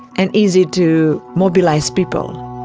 and easy to mobilise people.